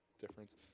difference